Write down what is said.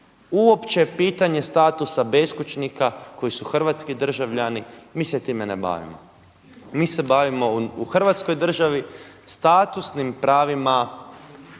Uopće pitanje statusa beskućnika koji su hrvatski državljani mi se time ne bavimo mi se bavimo u hrvatskoj državi statusnim pravima